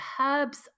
herbs